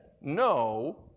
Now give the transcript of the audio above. no